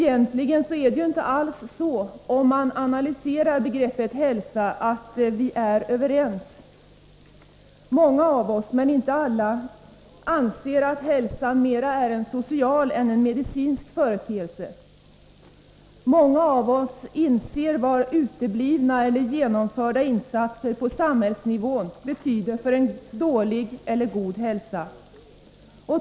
Analyserar man begreppet hälsa, finner man ju att vi inte alls är överens. Många av oss, men inte alla, anser att hälsa mera är en social än en medicinsk företeelse. Många av oss inser vad uteblivna eller genomförda insatser av samhället betyder för en dålig eller en god hälsa.